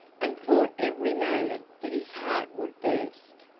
and thought every moment that his heart would burst.